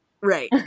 Right